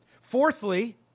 Fourthly